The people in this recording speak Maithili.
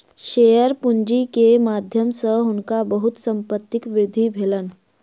शेयर पूंजी के माध्यम सॅ हुनका बहुत संपत्तिक वृद्धि भेलैन